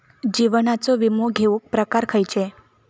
जीवनाचो विमो घेऊक प्रकार खैचे?